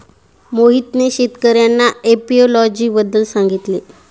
मोहितने शेतकर्यांना एपियोलॉजी बद्दल सांगितले